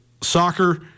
soccer